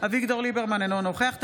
אינו נוכח אביגדור ליברמן,